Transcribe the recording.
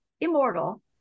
immortal